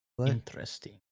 Interesting